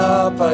up